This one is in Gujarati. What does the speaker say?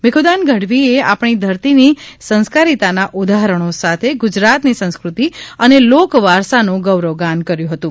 ભિખુદાન ગઢવીએ આપણી ધરતીની સંસ્કારીતાના ઉદાહરણો સાથે ગુજરાતની સંસ્કૃતિ અને લોકવારસાનું ગૌરવગાન કર્યું હતું